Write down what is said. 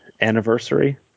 anniversary